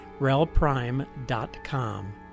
relprime.com